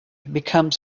becomes